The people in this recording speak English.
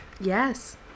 Yes